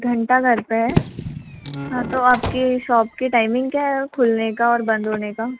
घंटाघर पर है हाँ तो आपकी शॉप की टाइमिंग क्या है खुलने का और बंद होने का